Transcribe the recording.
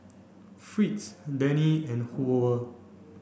Fritz Dennie and Hoover